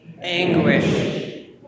Anguish